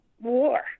war